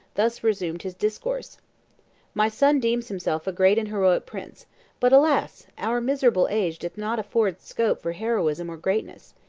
thus resumed his discourse my son deems himself a great and heroic prince but, alas! our miserable age does not afford scope for heroism or greatness.